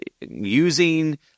Using